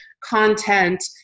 content